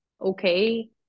okay